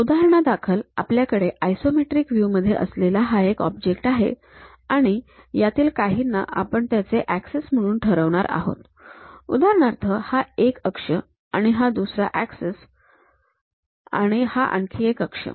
उदाहरणादाखल आपल्याकडे isometric view मध्ये असलेला हा एक ऑब्जेक्ट आहे आणि यातील काहींना आपण त्याचे ऍक्सिस म्हणून ठरवणार आहोत उदाहरणार्थ हा एक ऍक्सिस हा दुसरा ऍक्सिसआणि हा आणखी एक ऍक्सिस